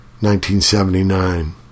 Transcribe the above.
1979